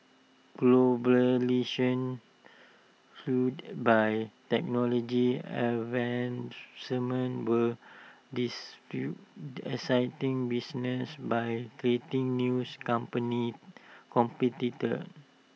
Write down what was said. fuelled by technology advancement will dis fill exciting businesses by creating news company competitors